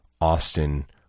Austin